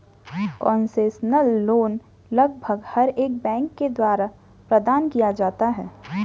concessional loan लगभग हर एक बैंक के द्वारा प्रदान किया जाता है